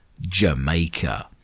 Jamaica